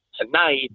tonight –